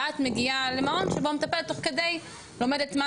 ואת מגיעה למעון שבו מטפלת תוך כדי לומדת מה